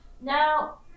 Now